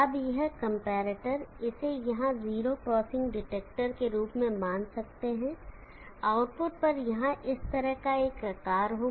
अब यह कंपैरेटर इसे यहाँ जीरो क्रॉसिंग डिटेक्टर के रूप में मान सकते है आउटपुट पर यहाँ इस तरह का एक आकार होगा